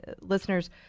listeners